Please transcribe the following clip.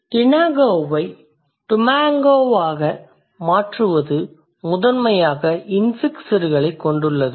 tengao வை tumengao ஆக மாற்றுவது முதன்மையாக இன்ஃபிக்ஸ் செருகலைக் கொண்டுள்ளது